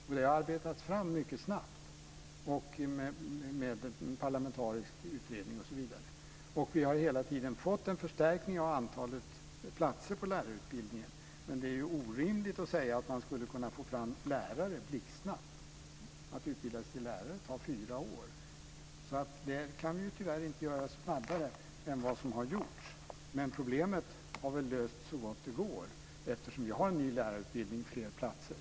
Vi har arbetat fram den mycket snabbt efter en parlamentarisk utredning. Det har hela tiden blivit en förstärkning av antalet platser på lärarutbildningen, men det är orimligt att tro att man skulle få fram lärare blixtsnabbt. Det tar fyra år att utbildas till lärare. Så det kan tyvärr inte göras snabbare än vad som har gjorts. Men vi har löst problemet så gott det går. Det finns en ny lärarutbildning med fler platser.